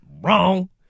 Wrong